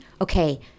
Okay